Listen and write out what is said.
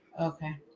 Okay